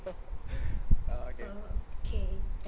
okay